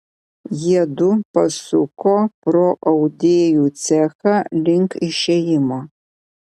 jiedu pasuko pro audėjų cechą link išėjimo